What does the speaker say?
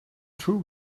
truth